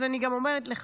אז אני גם אומרת לך,